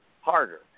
harder